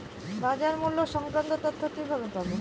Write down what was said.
বাজার মূল্য সংক্রান্ত তথ্য কিভাবে পাবো?